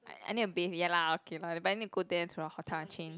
I need to bathe ya lah okay lah but I need go there into the hotel and change